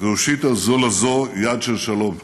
והושיטו זו לזו יד של שלום.